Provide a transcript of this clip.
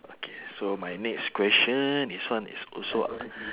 okay so my next question this one is also